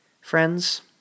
Friends